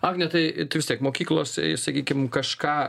agne tai tai vis tiek mokyklos i sakykim kažką